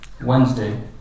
Wednesday